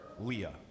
Leah